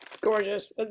gorgeous